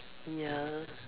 ya